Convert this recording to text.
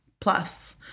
plus